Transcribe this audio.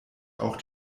auch